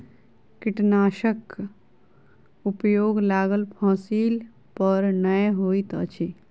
कीटनाशकक उपयोग लागल फसील पर नै होइत अछि